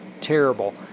terrible